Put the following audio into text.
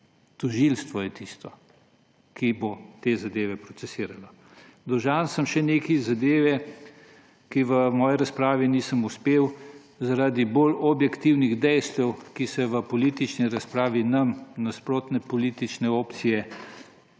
tožilstvo je tisto, ki bo te zadeve procesiralo. Dolžan sem še neke zadeve, ki jih v moji razpravi nisem uspel, zaradi bolj objektivnih dejstev, ki se v politični razpravi nasprotne politične opcije,